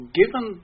given